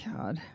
God